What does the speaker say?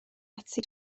ati